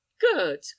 good